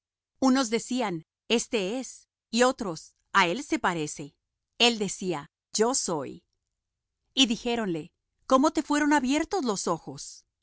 unos decían este es y otros a él se parece el decía yo soy y dijéronle cómo te fueron abiertos los ojos